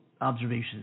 observations